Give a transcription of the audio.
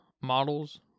models